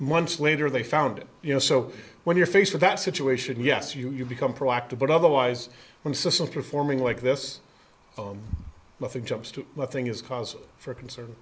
months later they found it you know so when you're faced with that situation yes you become proactive but otherwise one system performing like this nothing jumps to nothing is cause for concern